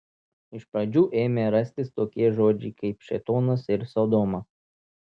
iš pradžių ėmė rastis tokie žodžiai kaip šėtonas ir sodoma